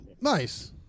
nice